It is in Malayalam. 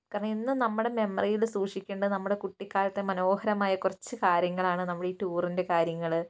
കാരണം ഇന്നും നമ്മുട മെമ്മറിയിൽ സൂക്ഷിക്കേണ്ട നമ്മുടെ കുട്ടിക്കാലത്തെ മനോഹരമായ കുറച്ച് കാര്യങ്ങൾ ആണ് നമ്മൾ ഈ ടൂറിൻ്റെ കാര്യങ്ങൾ